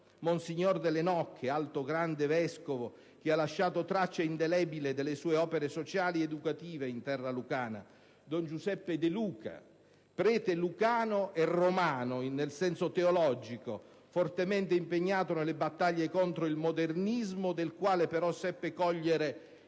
monsignor Delle Nocche, altro grande vescovo che ha lasciato traccia indelebile delle sue opere sociali ed educative in terra lucana; don Giuseppe De Luca, prete lucano e romano, nel senso teologico, fortemente impegnato nelle battaglie contro il modernismo, del quale però seppe cogliere